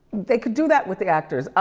they could do that with actors.